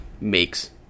makes